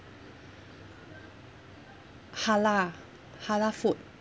halal halal food